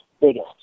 biggest